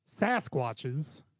Sasquatches